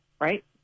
right